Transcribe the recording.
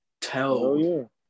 tell